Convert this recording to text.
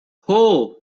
hoooo